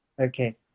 Okay